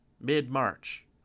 Mid-March